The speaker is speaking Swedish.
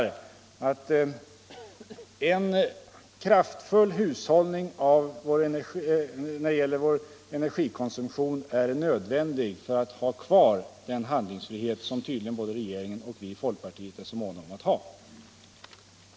En kraftfull hushållning med vår energi är nödvändig för att vi skall kunna behålla den handlingsfrihet som tydligen både regeringen och vi i folkpartiet är måna om.